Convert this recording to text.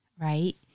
right